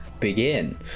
begin